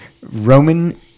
Roman